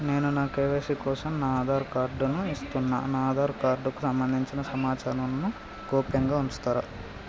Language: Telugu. నేను నా కే.వై.సీ కోసం నా ఆధార్ కార్డు ను ఇస్తున్నా నా ఆధార్ కార్డుకు సంబంధించిన సమాచారంను గోప్యంగా ఉంచుతరా?